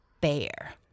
bear